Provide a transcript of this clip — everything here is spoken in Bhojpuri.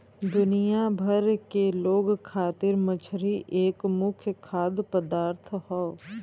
दुनिया भर के लोग खातिर मछरी एक मुख्य खाद्य पदार्थ हौ